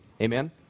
Amen